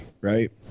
right